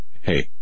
hey